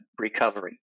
recovery